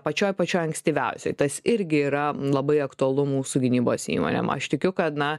pačioj pačioj ankstyviausioj tas irgi yra labai aktualu mūsų gynybos įmonėm aš tikiu kad na